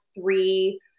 three